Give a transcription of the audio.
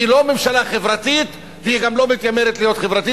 היא לא ממשלה חברתית והיא גם לא מתיימרת להיות חברתית,